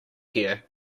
here